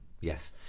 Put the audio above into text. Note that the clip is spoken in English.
Yes